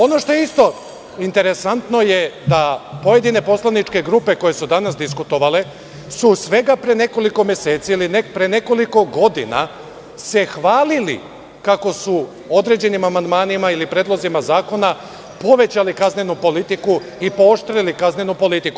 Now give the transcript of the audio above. Ono što je isto interesantno je da pojedine poslaničke grupe koje su danas diskutovale su svega pre nekoliko meseci ili pre nekoliko godina se hvalile kako su određenim amandmanima ili predlozima zakona povećali kaznenu politiku i pooštrili kaznenu politiku.